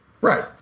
Right